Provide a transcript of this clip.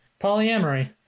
Polyamory